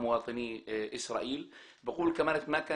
דבר אחד אני אומר להם,